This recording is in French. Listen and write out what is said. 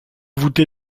voûtée